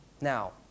Now